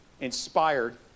inspired